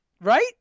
Right